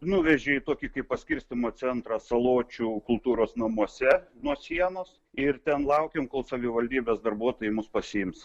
nuvežė į tokį kaip paskirstymo centrą saločių kultūros namuose nuo sienos ir ten laukėm kol savivaldybės darbuotojai mus pasiims